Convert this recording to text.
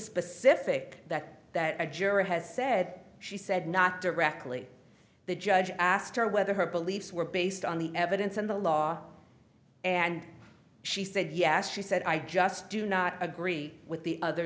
specific that that a juror has said she said not directly the judge asked her whether her beliefs were based on the evidence and the law and she said yes she said i just do not agree with the other